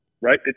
Right